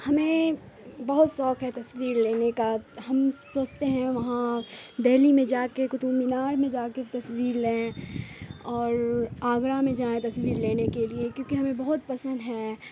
ہمیں بہت شوق ہے تصویر لینے کا ہم سوچتے ہیں وہاں دہلی میں جا کے قطب مینار میں جا کے تصویر لیں اور آگرہ میں جائیں تصویر لینے کے لیے کیونکہ ہمیں بہت پسند ہے